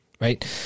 right